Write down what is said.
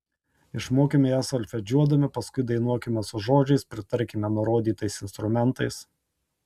išmokime ją solfedžiuodami paskui dainuokime su žodžiais pritarkime nurodytais instrumentais